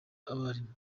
abarimu